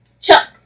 Chuck